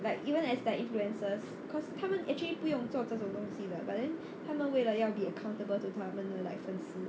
like even as like influencers cause 他们 actually 不用做这种东西的 but then 他们为了要 be accountable to 他们的 like 粉丝